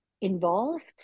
involved